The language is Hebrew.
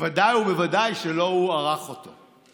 ובוודאי ובוודאי שלא הוא ערך אותו.